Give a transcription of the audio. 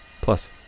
Plus